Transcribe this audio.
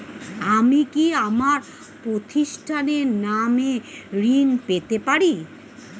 আমি কি আমার প্রতিষ্ঠানের নামে ঋণ পেতে পারি?